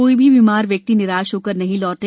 कोई भी बीमार व्यक्ति निराश होकर नहीं लौटे